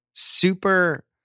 super